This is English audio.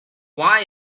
why